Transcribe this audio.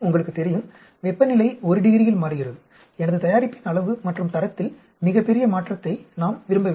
உங்களுக்கு தெரியும் வெப்பநிலை ஒரு டிகிரியில் மாறுகிறது எனது தயாரிப்பின் அளவு மற்றும் தரத்தில் மிகப் பெரிய மாற்றத்தை நாம் விரும்பவில்லை